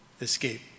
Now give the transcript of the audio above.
escape